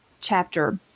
chapter